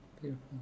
Beautiful